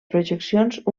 projeccions